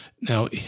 Now